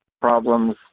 problems